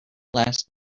last